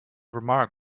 remark